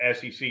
SEC